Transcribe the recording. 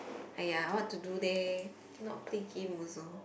!aiya! what to do there cannot play game also